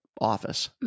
office